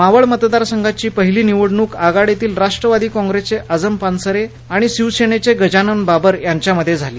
मावळ मतदारसंघाची पहिली निवडणूक आघाडीतील राष्ट्रवादी काँग्रेसचे आझम पानसरे आणि युतीतील शिवसेनेचे गजानन बाबर यांच्यामध्ये झाली